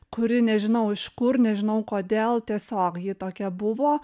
kuri nežinau iš kur nežinau kodėl tiesiog ji tokia buvo